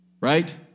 right